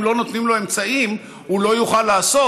אם לא נותנים לו אמצעים הוא לא יוכל לעשות.